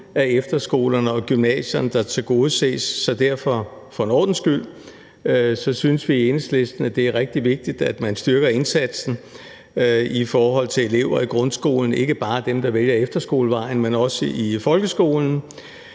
er efterskolerne og gymnasierne, der tilgodeses, så derfor vil jeg for en god ordens skyld sige, at vi i Enhedslisten synes, at det er rigtig vigtigt, at man styrker indsatsen i forhold til elever i grundskolen – ikke bare dem, der vælger efterskolevejen, men også elever i folkeskolen.